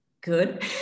good